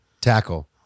Tackle